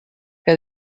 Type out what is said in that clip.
que